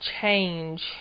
change